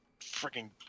freaking